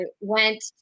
went